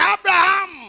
Abraham